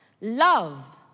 love